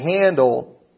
handle